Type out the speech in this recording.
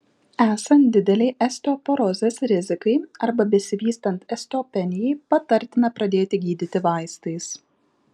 esant didelei osteoporozės rizikai arba besivystant osteopenijai patartina pradėti gydyti vaistais